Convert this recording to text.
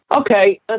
Okay